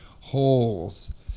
holes